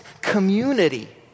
community